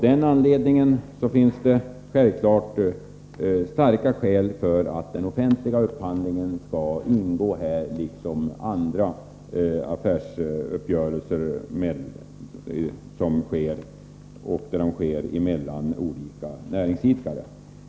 Därmed finns det självklart starka skäl för att den offentliga upphandlingen skall omfattas av lagen, lika väl som affärsuppgörelser som sker mellan olika näringsidkare.